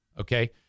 Okay